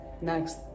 Next